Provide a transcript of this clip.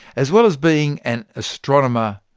as well as being an astronomer,